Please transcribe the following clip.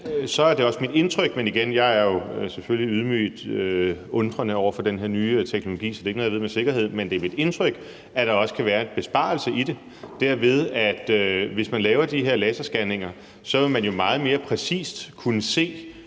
jeg ved med sikkerhed – at der også kan være en besparelse i det, derved at hvis man laver de her laserscanninger, vil man jo meget mere præcist kunne se,